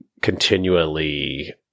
continually